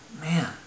man